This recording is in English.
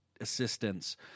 assistance